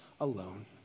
alone